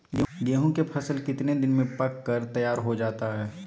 गेंहू के फसल कितने दिन में पक कर तैयार हो जाता है